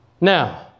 Now